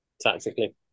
tactically